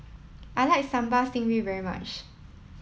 I like Sambal Stingray very much